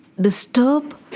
disturb